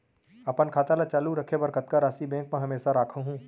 अपन खाता ल चालू रखे बर कतका राशि बैंक म हमेशा राखहूँ?